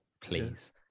please